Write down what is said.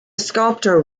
sculptor